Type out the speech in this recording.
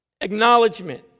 acknowledgement